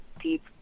deep